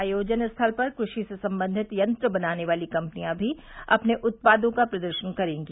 आयोजन स्थल पर कृषि से संबंधित यंत्र बनाने वाली कम्पनियां भी अपने उत्पादों का प्रदर्शन करेगी